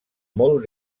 molt